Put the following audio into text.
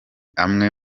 amwe